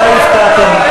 אולי הפתעתם.